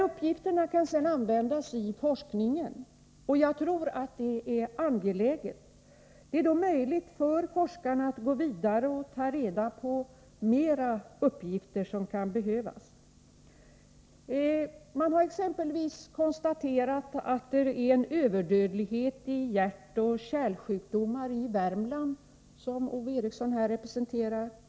Uppgifterna kan sedan användas i forskningen. Jag tror att det är angeläget att så sker. Det är då möjligt för forskarna att gå vidare och ta reda på de ytterligare uppgifter som kan behövas. Det har exempelvis konstaterats att det är en överdödlighet i hjärtoch kärlsjukdomar i Värmland — det län som Ove Eriksson representerar här i riksdagen.